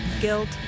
guilt